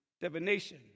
divination